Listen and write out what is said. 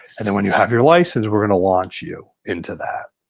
and then when you have your license, we're gonna launch you into that.